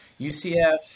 UCF